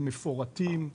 הם מפורטים,